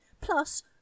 Plus